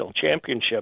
championship